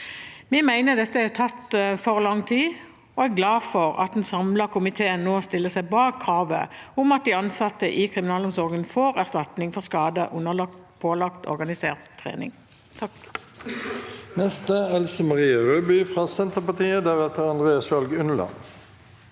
Vi mener det har tatt for lang tid, og er glad for at en samlet komité nå stiller seg bak kravet om at de ansatte i kriminalomsorgen skal få erstatning for skader under pålagt organisert trening.